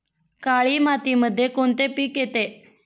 काळी मातीमध्ये कोणते पिके येते?